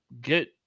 get